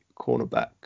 cornerback